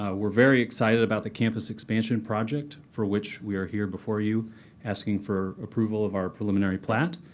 ah we're very excited about the campus expansion project for which we are here before you asking for approval of our preliminary plat.